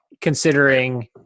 considering